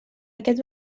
aquest